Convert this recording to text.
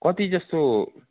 कति जस्तो